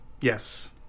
Yes